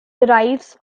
derives